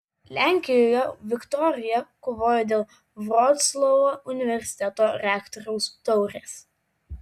lenkijoje viktorija kovojo dėl vroclavo universiteto rektoriaus taurės